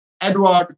Edward